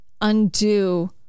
undo